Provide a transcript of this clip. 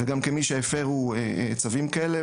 וגם כמי שהפרו צווים כאלה,